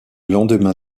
lendemain